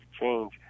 change